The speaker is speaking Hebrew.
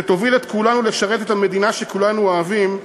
שתוביל את כולנו לשרת את המדינה שכולנו אוהבים,